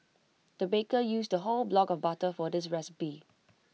the baker used A whole block of butter for this recipe